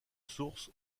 sources